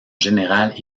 général